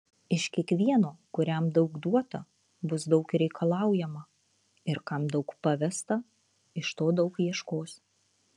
iš kiekvieno kuriam daug duota bus daug ir reikalaujama ir kam daug pavesta iš to daug ieškos